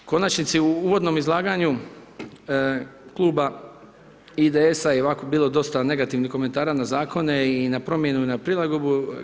U konačnici, u uvodnom izlaganju kluba IDS-a je ovako bilo dosta negativnih komentara na zakone i na promjene i na prilagodbu.